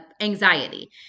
anxiety